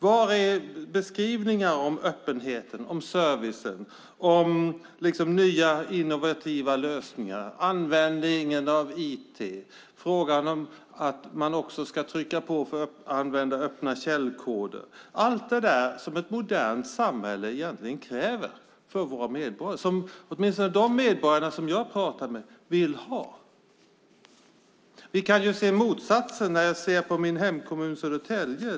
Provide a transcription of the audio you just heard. Var är beskrivningarna av öppenheten, servicen, nya innovativa lösningar, användningen av IT och frågan om att man också ska trycka på för att använda öppna källkoder - allt det där som ett modernt samhälle egentligen kräver för våra medborgare och som åtminstone de medborgare som jag har pratat med vill ha? Vi kan se motsatsen i min hemkommun Södertälje.